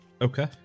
Okay